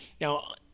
Now